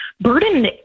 burden